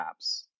apps